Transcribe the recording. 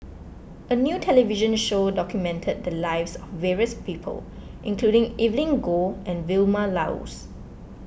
a new television show documented the lives of various people including Evelyn Goh and Vilma Laus